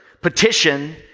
petition